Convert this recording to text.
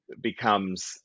becomes